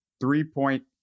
three-point